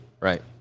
Right